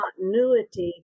continuity